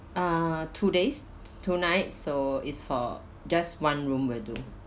uh two days two night so it's for just one room will do